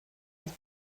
has